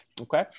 Okay